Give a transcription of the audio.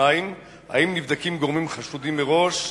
2. האם נבדקים גורמים חשודים מראש,